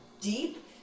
deep